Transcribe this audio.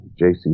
JC